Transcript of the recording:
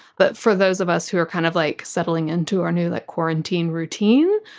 but for those of us who are kind of like settling into our new like quarantine routine,